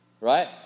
right